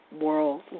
World